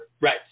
Right